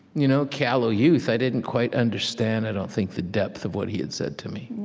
you know callow youth i didn't quite understand, i don't think, the depth of what he had said to me.